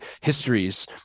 histories